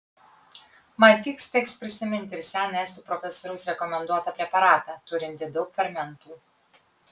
matyt teks prisiminti ir seną estų profesoriaus rekomenduotą preparatą turintį daug fermentų